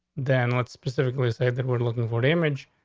then what specifically say that we're looking for damage,